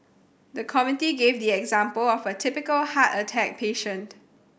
the committee gave the example of a typical heart attack patient